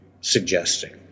suggesting